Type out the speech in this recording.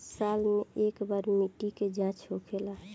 साल मे केए बार मिट्टी के जाँच होखेला?